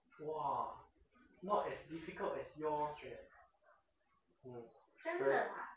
!wah! not as difficult as yours leh mm